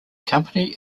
company